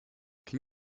can